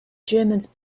germans